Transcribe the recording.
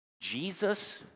Jesus